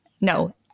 No